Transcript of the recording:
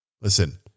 Listen